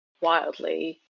wildly